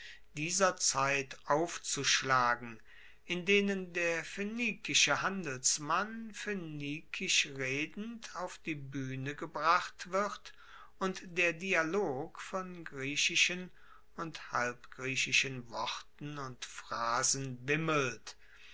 dieser zeit aufzuschlagen in denen der phoenikische handelsmann phoenikisch redend auf die buehne gebracht wird und der dialog von griechischen und halbgriechischen worten und phrasen wimmelt